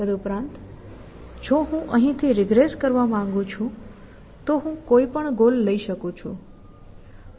તદુપરાંત જો હું અહીંથી રિગ્રેસ કરવા માંગું છું તો હું કોઈપણ ગોલ લઈ શકું છું